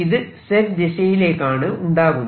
ഇത് Z ദിശയിലേക്കാണ് ഉണ്ടാകുന്നത്